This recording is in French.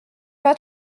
pas